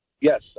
yes